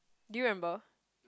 do you remember